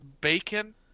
bacon